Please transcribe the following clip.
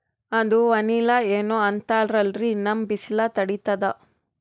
ಅದು ವನಿಲಾ ಏನೋ ಅಂತಾರಲ್ರೀ, ನಮ್ ಬಿಸಿಲ ತಡೀತದಾ?